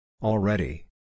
Already